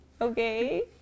okay